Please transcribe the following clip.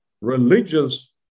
religious